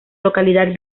localidad